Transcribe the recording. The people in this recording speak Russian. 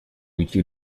уйти